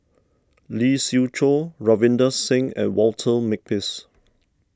Lee Siew Choh Ravinder Singh and Walter Makepeace